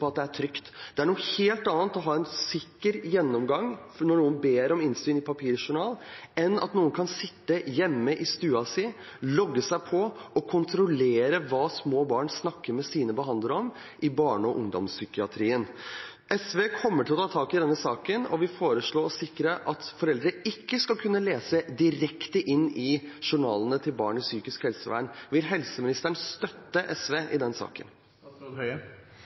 at det er trygt. Det er noe helt annet å ha en sikker gjennomgang når noen ber om innsyn i papirjournalen, enn at noen kan sitte hjemme i stua si, logge seg på og kontrollere hva små barn snakker med sine behandlere om i barne- og ungdomspsykiatrien. SV kommer til å ta tak i denne saken og vil foreslå å sikre at foreldre ikke skal kunne lese direkte i journalen til barn under psykisk helsevern. Vil helseministeren støtte SV i den saken?